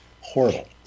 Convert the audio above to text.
Horrible